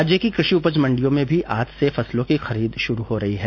राज्य की कृषि उपज मंडियों में भी आज से फसलों की खरीद शुरू हो रही है